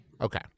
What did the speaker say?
Okay